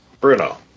Bruno